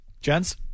Gents